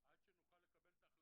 הוא מקשיב לך.